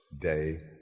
day